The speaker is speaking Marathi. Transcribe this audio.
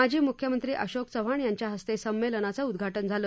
माजी मुख्यमंत्री अशोक चव्हाण यांच्या हस्ते संमेलनाचं उदघाटन झालं